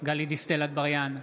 גלית דיסטל אטבריאן,